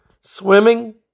swimming